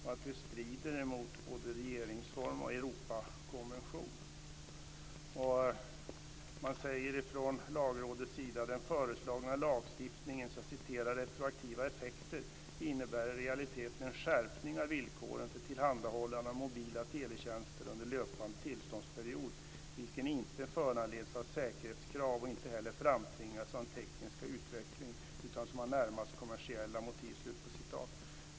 Detta strider mot både regeringsformen och Europakonventionen. Lagrådet uttalar också: Den föreslagna lagstiftningens retroaktiva effekter innebär i realiteten en skärpning av villkoren för tillhandahållande av mobila teletjänster under löpande tillståndsperiod, vilken inte föranleds av säkerhetskrav och inte heller framtvingas av den tekniska utvecklingen utan som har närmast kommersiella motiv.